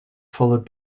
followed